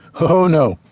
oh, no,